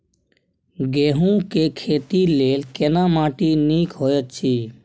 गेहूँ के खेती लेल केना माटी नीक होयत अछि?